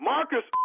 Marcus